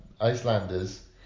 Icelanders